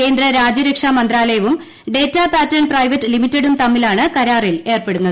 കേന്ദ്ര രാജ്യരക്ഷ മന്ത്രാലയവും ഡേറ്റാ പാറ്റേൺ പ്രൈവറ്റ് ലിമിറ്റഡും തമ്മിലാണ് കരാറിൽ ഏർപ്പെടുന്നത്